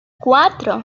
cuatro